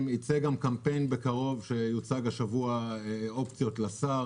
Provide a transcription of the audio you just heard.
קמפיין שיוצגו בו השבוע אופציות לשר.